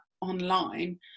online